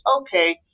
okay